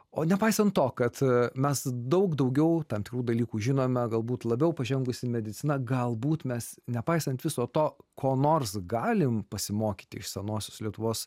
o nepaisant to kad mes daug daugiau tam tikrų dalykų žinome galbūt labiau pažengusi medicina galbūt mes nepaisant viso to ko nors galime pasimokyti iš senosios lietuvos